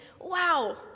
Wow